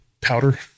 Powder